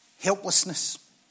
helplessness